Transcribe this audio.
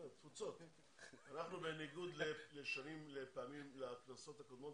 בניגוד לכנסות הקודמות,